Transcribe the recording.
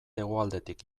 hegoaldetik